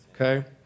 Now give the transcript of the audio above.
Okay